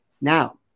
Now